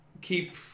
keep